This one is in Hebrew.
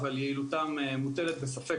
אבל יעילותם מוטלת בספק,